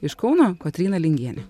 iš kauno kotryna lingienė